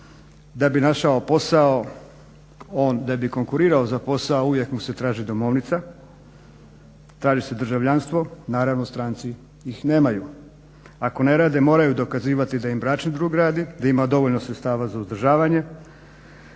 Da bi našao posao, on da bi konkurirao za posao uvijek mu se traži domovnica, traži se državljanstvo, naravno stranci ih nemaju. Ako ne rade moraju dokazivati da im bračni drug radi, da ima dovoljno sredstava za uzdržavanje,